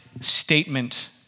statement